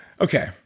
Okay